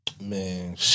Man